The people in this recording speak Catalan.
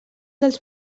dels